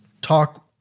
talk